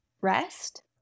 rest